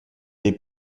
dei